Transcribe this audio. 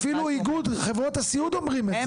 אפילו איגוד חברות הסיעוד אומרים את זה.